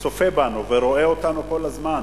שצופה בנו ורואה אותנו כל הזמן,